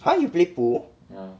!huh! you play pool